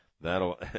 That'll